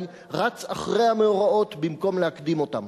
רץ אחרי המאורעות במקום להקדים אותם.